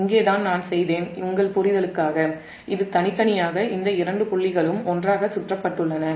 இங்கே தான் உங்கள் புரிதலுக்காக தனித்தனியாக இந்த இரண்டு புள்ளிகளும் ஒன்றாகச் சுற்றப்பட்டுள்ளன